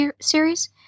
series